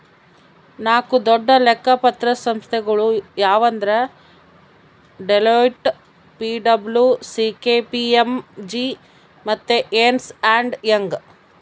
ನಾಕು ದೊಡ್ಡ ಲೆಕ್ಕ ಪತ್ರ ಸಂಸ್ಥೆಗುಳು ಯಾವಂದ್ರ ಡೆಲೋಯ್ಟ್, ಪಿ.ಡಬ್ಲೂ.ಸಿ.ಕೆ.ಪಿ.ಎಮ್.ಜಿ ಮತ್ತೆ ಎರ್ನ್ಸ್ ಅಂಡ್ ಯಂಗ್